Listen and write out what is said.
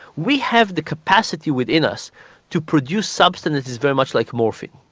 we have the capacity within us to produce substances very much like morphine,